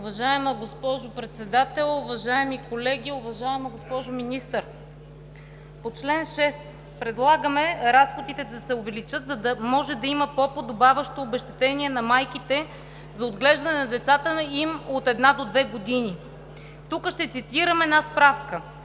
Уважаема госпожо Председател, уважаеми колеги! Уважаема госпожо Министър, по чл. 6 предлагаме разходите да се увеличат, за да може да има по-подобаващо обезщетение на майките за отглеждане на децата им от една до две години. Тук ще цитирам една справка: